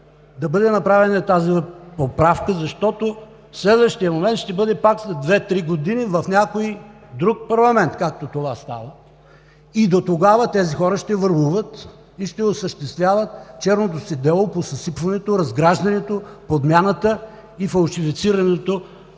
да бъде направена тази поправка, защото следващият момент ще бъде пак след две-три години в някой друг парламент, както това става. И дотогава тези хора ще върлуват и ще осъществяват черното си дело по съсипването, разграждането, подмяната и фалшифицирането